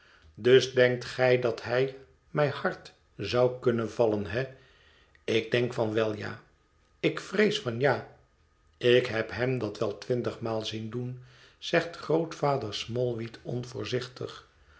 dus denkt gij dat hij mij hard zou kunnen vallen he ik denk wel van ja ik vrees van ja ik heb hem dat wel twintigmaal zien doen zegt grootvader